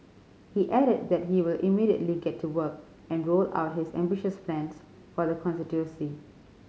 he added that he will immediately get to work and roll out his ambitious plans for the constituency